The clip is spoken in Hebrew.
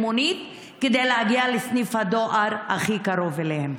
מונית כדי להגיע לסניף הדואר הכי קרוב אליהם.